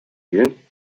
you